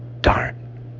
darn